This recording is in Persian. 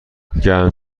گرم